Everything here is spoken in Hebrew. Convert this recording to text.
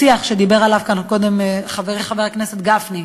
השיח שדיבר עליו כאן קודם חברי חבר הכנסת גפני,